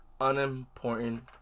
unimportant